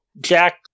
Jack